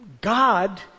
God